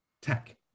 tech